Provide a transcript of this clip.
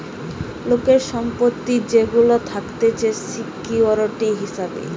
লোকের সম্পত্তি যেগুলা থাকতিছে সিকিউরিটি হিসাবে